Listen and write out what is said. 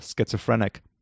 schizophrenic